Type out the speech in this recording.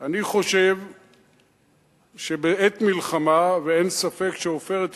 אני חושב שבעת מלחמה, ואין ספק ש"עופרת יצוקה"